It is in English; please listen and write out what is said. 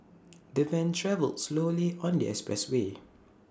the van travelled slowly on the expressway